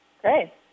Great